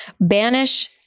Banish